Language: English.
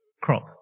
crop